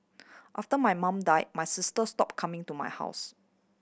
after my mum died my sister stopped coming to my house